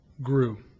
grew